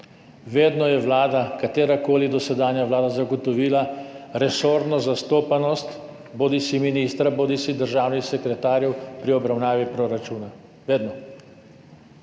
Vedno je vlada, katerakoli dosedanja vlada, zagotovila resorno zastopanost bodisi ministra bodisi državnih sekretarjev pri obravnavi proračuna. Vedno.